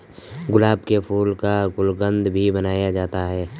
गुलाब के फूल का गुलकंद भी बनाया जाता है